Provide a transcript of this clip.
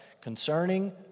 concerning